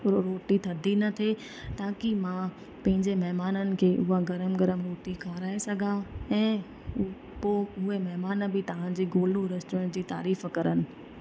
उहा रोटी थधी न थिए ताकी मां पंहिंजे महिमाननि खे उहा गरम गरम रोटी खाराए सघां ऐं पोइ उए महिमान बि तव्हां जे गोलू रेस्टोरेंट जी तारीफ़ु करनि